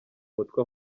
mutwe